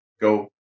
go